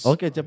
Okay